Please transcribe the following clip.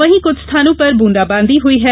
वहीं कई स्थानों पर बूंदाबांदी हुई है